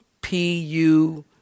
P-U